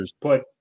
put